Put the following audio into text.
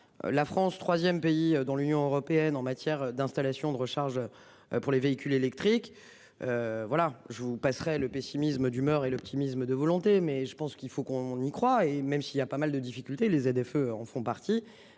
la France 3ème pays dans l'Union européenne en matière d'installations de recharge. Pour les véhicules électriques. Voilà je vous passerai le pessimisme d'humeur et l'optimisme de volonté mais je pense qu'il faut qu'on y croit et même s'il y a pas mal de difficultés, les ZFE en font partie.